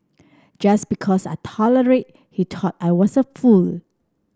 just because I tolerated he thought I was a fool